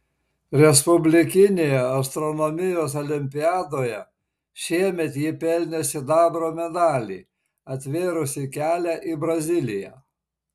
respublikinėje astronomijos olimpiadoje šiemet ji pelnė sidabro medalį atvėrusį kelią į braziliją